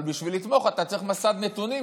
אבל בשביל לתמוך אתה צריך מסד נתונים,